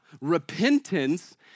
repentance